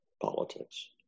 politics